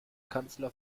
kanzler